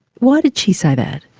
why did she say that?